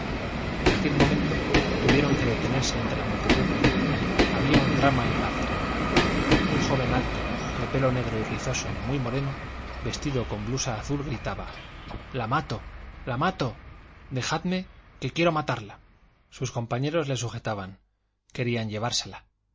en aquel momento tuvieron que detenerse entre la multitud había un drama en la acera un joven alto de pelo negro y rizoso muy moreno vestido con blusa azul gritaba la mato la mato dejadme que quiero matarla sus compañeros le sujetaban querían llevársela